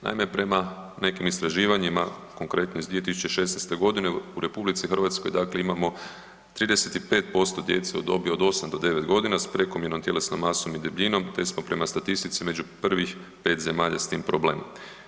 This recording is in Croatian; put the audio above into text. Naime prema nekim istraživanja, konkretno iz 2016. g. u RH dakle imamo 35% djece u dobi od 8 do 9 g. s prekomjernom tjelesnom masom i debljinom te smo prema statistici među prvih 5 zemalja s tim problemom.